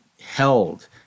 held